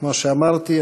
כמו שאמרתי,